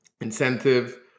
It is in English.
incentive